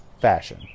fashion